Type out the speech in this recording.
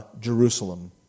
Jerusalem